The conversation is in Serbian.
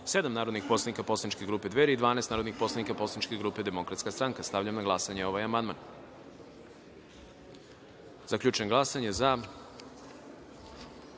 narodnih poslanik poslaničke grupe Dveri i 12 narodnih poslanika poslaničke grupe Demokratska stranka. Stavljam na glasanje ovaj amandman. Zaključujem glasanje i